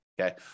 Okay